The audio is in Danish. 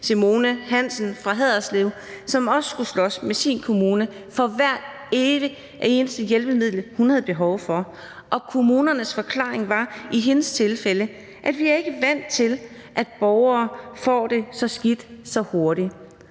Simone Hansen fra Haderslev skulle også slås med sin kommune for hvert evigt eneste hjælpemiddel, hun havde behov for, og kommunernes forklaring var i hendes tilfælde, at de ikke er vant til, at borgere får det så skidt så hurtigt.